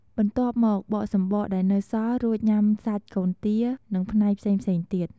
បន្ទាប់មក បកសំបកដែលនៅសល់ រួចញ៉ាំសាច់កូនទា និងផ្នែកផ្សេងៗទៀត។